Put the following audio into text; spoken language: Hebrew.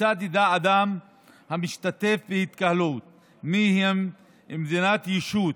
כיצד ידע אדם המשתתף בהתקהלות מיהם מדינה, ישות